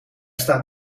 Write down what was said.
staat